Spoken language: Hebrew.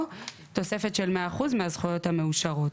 או תוספת של 100% מהזכויות המאושרות.